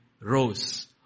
rose